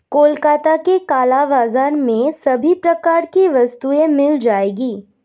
कोलकाता के काला बाजार में सभी प्रकार की वस्तुएं मिल जाएगी